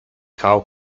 cow